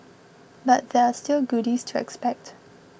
but there are still goodies to expect